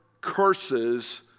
curses